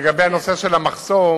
לגבי נושא המחסום,